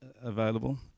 available